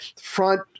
front